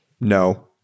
no